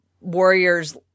Warriors